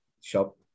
shop